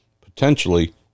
potentially